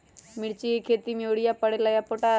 मिर्ची के खेती में यूरिया परेला या पोटाश?